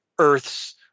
Earth's